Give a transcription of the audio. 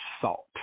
Salt